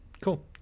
Cool